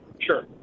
Sure